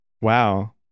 Wow